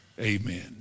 amen